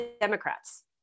Democrats